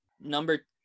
Number